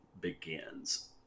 begins